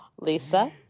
Lisa